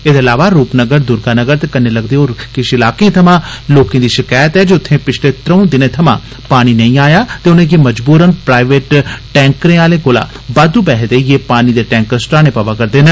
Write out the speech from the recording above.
एदे इलावा रूप नगर दुर्गा नगर ते कन्ने लगदे होर किश इलाकें थमां लोकें दी शकैत ऐ जे उन्दे पिछले त्रऊं दिनें थमां पानी नेई आया ते उनेंगी मजबूरन प्राइवेट टैंकरें आलें कोला बाद्दू पैहे देइयै पानी दे टैंकर सुटाने पवा करदे न